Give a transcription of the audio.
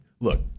look